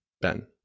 Ben